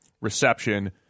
reception